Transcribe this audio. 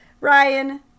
Ryan